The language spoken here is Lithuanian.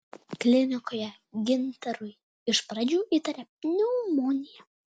klinikoje gintarui iš pradžių įtarė pneumoniją